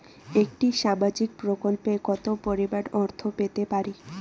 একটি সামাজিক প্রকল্পে কতো পরিমাণ অর্থ পেতে পারি?